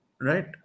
right